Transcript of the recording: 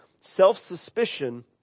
Self-suspicion